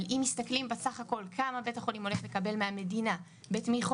אבל אם מסתכלים בסך הכול כמה בית החולים הולך לקבל מהמדינה בתמיכות.